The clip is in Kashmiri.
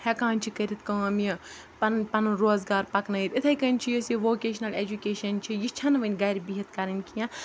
ہٮ۪کان چھِ کٔرِتھ کٲم یہِ پَنٕنۍ پَنُن روزگار پَکنٲیِتھ اِتھَے کٔنۍ چھُ یُس یہِ ووکیشنَل ایجوکیشَن چھِ یہِ چھَںہٕ وَنہِ گَرِ بِہِتھ کَرٕنۍ کینٛہہ